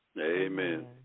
Amen